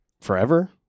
forever